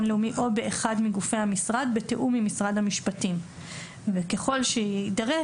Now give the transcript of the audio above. לאומי או באחד מגופי המשרד בתיאום עם משרד המשפטים וככל שיידרש,